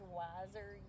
wiser